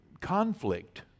conflict